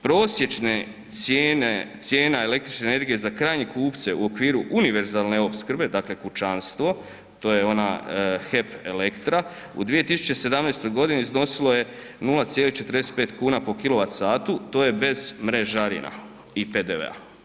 Prosječne cijena električne energije za krajnje kupce u okviru univerzalne opskrbe, dakle kućanstvo to je ona HEP Elektra, u 2017. godini iznosilo je 0,45 kuna po kW, to je bez mrežarija i PDV-a.